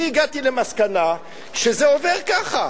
אני הגעתי למסקנה שזה עובר ככה,